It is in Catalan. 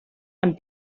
amb